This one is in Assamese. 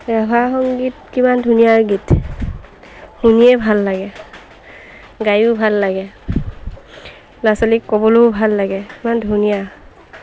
ৰাভা সংগীত কিমান ধুনীয়া গীত শুনিয়ে ভাল লাগে গায়ো ভাল লাগে ল'ৰা ছোৱালীক ক'বলৈও ভাল লাগে ইমান ধুনীয়া